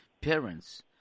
parents